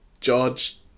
George